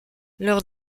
leur